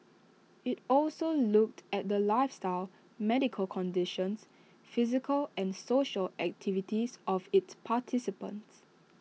IT also looked at the lifestyles medical conditions physical and social activities of its participants